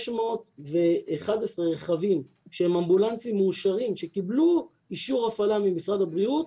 611 רכבים שהם אמבולנסים מאושרים שקיבלו אישור הפעלה ממשרד הבריאות,